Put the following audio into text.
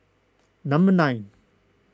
number nine